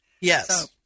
Yes